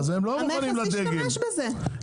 המכס ישתמש בזה.